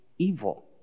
Evil